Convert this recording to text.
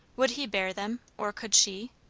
would he bear them, or could she?